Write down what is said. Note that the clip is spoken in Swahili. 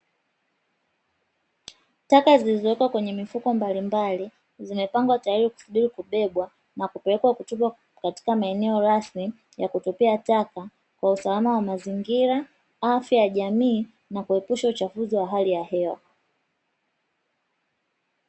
Taka zilizowekwa kwenye mifuko mbalimbali zimepangwa tayari kubebwa na kupelekwa kutupwa katika maeneo rasmi ya kutupia taka kwa usalama wa mazingira, afya ya jamii na kuepusha uchaguzi wa hali ya hewa.